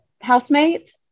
housemate